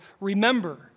remember